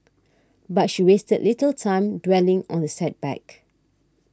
but she wasted little time dwelling on the setback